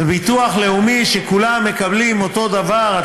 בביטוח לאומי כולם מקבלים אותו דבר,